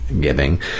giving